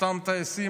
אותם טייסים,